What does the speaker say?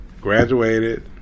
graduated